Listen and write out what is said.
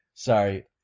Sorry